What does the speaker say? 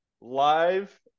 live